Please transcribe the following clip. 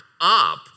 up